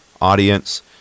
audience